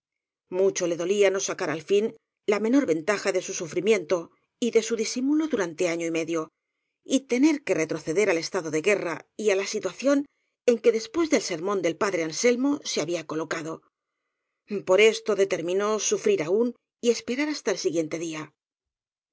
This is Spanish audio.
mucho le dolía no sacar al fin la menor ventaja de su sufrimiento y de su disimulo duran te año y medio y tener que retroceder al estado de guerra y á la situación en que después del sermón del padre anselmo se había colocado por esto determinó sufrir aún y esperar hasta el si guiente día